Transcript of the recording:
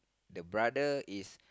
the brother is